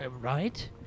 Right